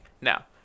Now